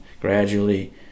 gradually